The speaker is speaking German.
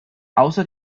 außer